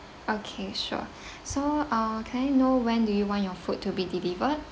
okay sure so ah can I know when do you want your food to be delivered